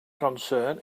concern